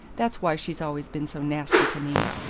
that's why she's always been so nasty to me.